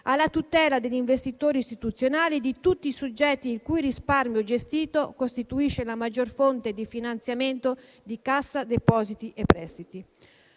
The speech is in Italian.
alla tutela degli investitori istituzionali e di tutti i soggetti il cui risparmio gestito costituisce la maggiore fonte di finanziamento di CDP; a riformare